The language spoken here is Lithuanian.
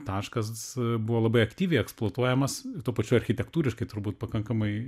taškas buvo labai aktyviai eksploatuojamas tuo pačiu architektūriškai turbūt pakankamai